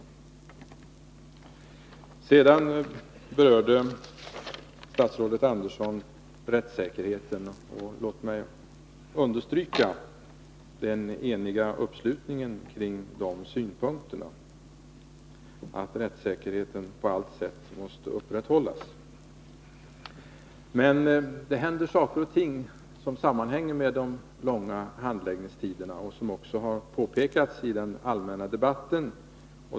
Statsrådet Andersson berörde också frågan om rättssäkerheten och sade att denna på allt sätt skall upprätthållas, och låt mig understryka den eniga uppslutningen kring dessa synpunkter. Men det händer saker och ting som sammanhänger med de långa handläggningstiderna, vilket också har påpekats i den allmänna debatten.